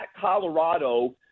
Colorado